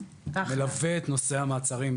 הלאה, זה אנחנו לא מתעסקים.